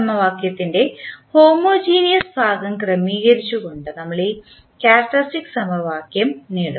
സമവാക്യത്തിൻറെ ഹോമോജീനിയസ് ഭാഗം ക്രമീകരിച്ചുകൊണ്ട് നമ്മൾ ഈ ക്യാരക്ക്റ്ററിസ്റ്റിക് സമവാക്യം നേടുന്നു